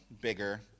bigger